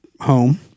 home